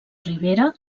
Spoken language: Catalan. rivera